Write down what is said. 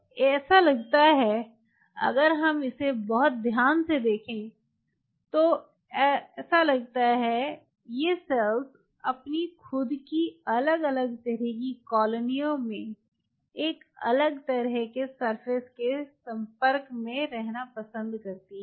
तो ऐसा लगता है अगर हम इसे बहुत ध्यान से देखें तो ऐसा लगता है ये सेल्स अपनी खुद की अलग अलग तरह की कॉलोनियों में एक अलग तरह के सरफेस के संपर्क में रहना पसंद करते हैं